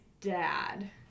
dad